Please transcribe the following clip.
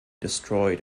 destroyed